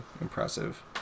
impressive